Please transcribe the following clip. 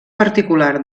particular